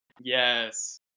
yes